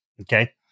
Okay